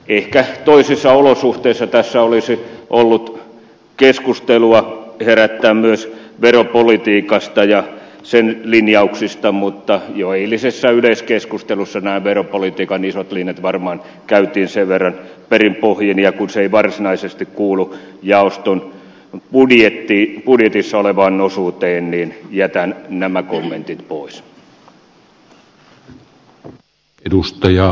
ehkä toisissa olosuhteissa tässä olisi voinut keskustelua herättää myös veropolitiikasta ja sen linjauksista mutta jo eilisessä yleiskeskustelussa nämä veropolitiikan isot linjat varmaan käytiin sen verran perin pohjin läpi ja kun se ei varsinaisesti kuulu jaoston budjetissa olevaan osuuteen niin jätän nämä kommentit pois